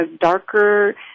darker